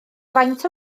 faint